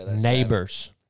Neighbors